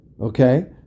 okay